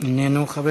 אינו נוכח.